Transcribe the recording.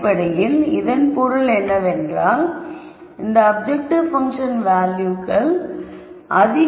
அடிப்படையில் இதன் பொருள் என்னவென்றால் இது அப்ஜெக்டிவ் பங்க்ஷன் வேல்யூகளை அதிகரிக்கும் திசையாகும்